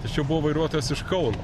tai čia buvo vairuotojas iš kauno